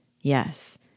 Yes